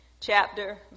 chapter